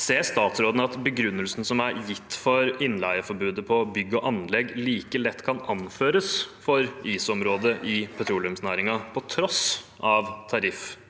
Ser statsråden at begrunnelsen som er gitt for innleieforbudet på bygg og anlegg, like lett kan anføres for ISO-området i petroleumsnæringen, på tross av